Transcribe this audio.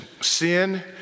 sin